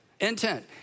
intent